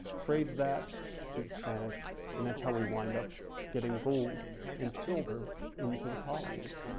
trade that to the spanish and that's how we wind up getting gold and silver into the colonies.